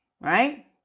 Right